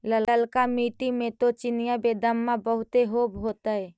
ललका मिट्टी मे तो चिनिआबेदमां बहुते होब होतय?